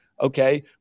okay